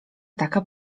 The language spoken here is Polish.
taka